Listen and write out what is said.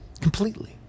Completely